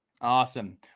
Awesome